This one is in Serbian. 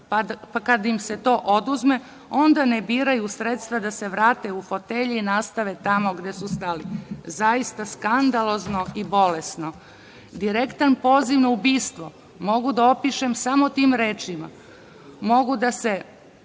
pa kada im se to oduzme onda ne biraju sredstva da se vrate u fotelje i nastave tamo gde su stali. Zaista, skandalozno i bolesno. Direktan poziv na ubistvo mogu da opišem samo tim rečima, mogu da se